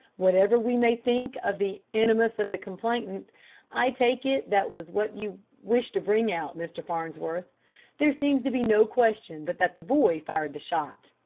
whatever we may think of the animus of the complainant i take it that was what you wished to bring out, mr. farnsworth there seems to be no question but that the boy fired the shot.